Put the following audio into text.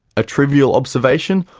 a trivial observation?